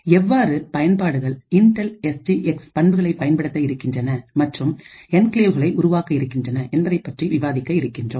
எவ்வாறு பயன்பாடுகள் Intel S G X பண்புகளை பயன்படுத்த இருக்கின்றன மற்றும் என்கிளேவ்களை உருவாக்க இருக்கின்றன என்பதைப்பற்றி விவாதிக்க இருக்கின்றோம்